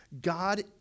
God